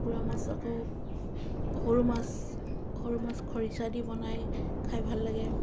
পোৰা মাছ আকৌ সৰু মাছ সৰু মাছ খৰিচা দি বনাই খাই ভাল লাগে